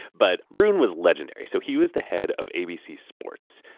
but roone was legendary. so he was the head of abc sports.